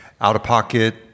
out-of-pocket